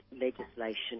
legislation